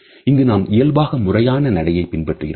இங்கு நாம் இயல்பாக முறையான நடையை பின்பற்றுகிறோம்